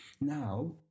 Now